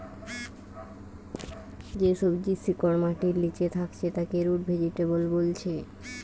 যে সবজির শিকড় মাটির লিচে থাকছে তাকে রুট ভেজিটেবল বোলছে